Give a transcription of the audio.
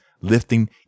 lifting